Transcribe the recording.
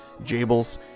Jables